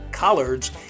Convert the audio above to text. Collards